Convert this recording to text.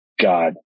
God